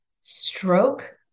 stroke